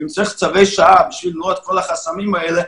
ואם צריך צווי שעה כדי למנוע את כל החסמים האלה,